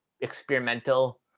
experimental